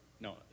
No